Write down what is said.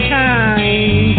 time